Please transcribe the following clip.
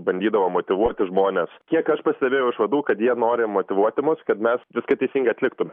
bandydavo motyvuoti žmones kiek aš pastebėjau iš vadų kad jie nori motyvuoti mus kad mes viską teisingai atliktume